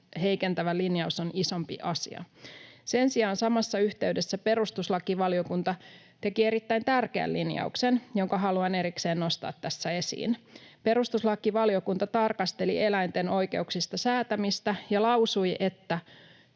heikentävä linjaus on isompi asia. Sen sijaan samassa yhteydessä perustuslakivaliokunta teki erittäin tärkeän linjauksen, jonka haluan erikseen nostaa tässä esiin. Perustuslakivaliokunta tarkasteli eläinten oikeuksista säätämistä ja lausui: